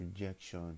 rejection